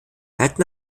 galten